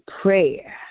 prayer